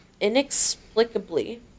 Inexplicably